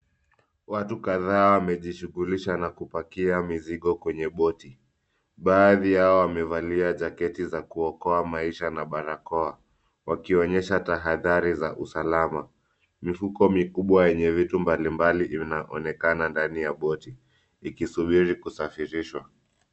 Watu kadhaa wamejishunglisha na kupakia mizigo kwenye boti. Baadhi yao wamevalia jaketi za kuokoa maisha na barakoa wakionyesha tahadhari za usalama. Mifuko mikubwa yenye vitu mbalimbali vinaonekana ndani ya boti vikisubiri kusafirishwa.